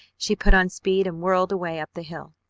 she put on speed and whirled away up the hill.